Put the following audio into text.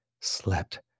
slept